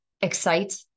excite